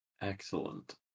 Excellent